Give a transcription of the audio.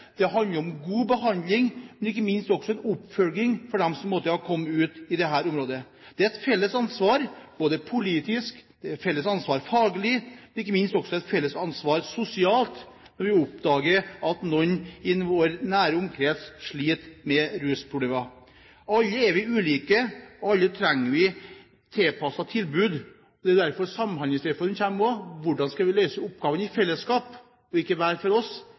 Det handler om god behandling, men ikke minst også om en oppfølging for dem som måtte ha kommet ut for dette. Det er et felles ansvar, både politisk og faglig, men ikke minst et felles ansvar sosialt – når vi oppdager at noen i vår nære omkrets sliter med rusproblemer. Alle er vi ulike, alle trenger vi tilpassede tilbud. Det er også derfor Samhandlingsreformen kommer. Hvordan skal vi løse oppgavene i fellesskap og ikke hver for oss,